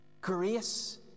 Grace